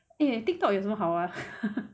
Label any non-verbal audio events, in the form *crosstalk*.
eh Tik Tok 有什么好玩 *laughs*